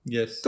Yes